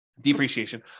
depreciation